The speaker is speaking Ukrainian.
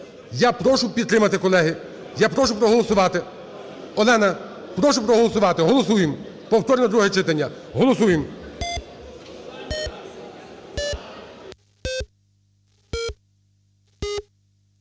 Я прошу підтримати, колеги. Я прошу проголосувати. Олена, прошу проголосувати. Голосуємо повторне друге читання. Голосуємо.